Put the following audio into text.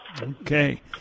Okay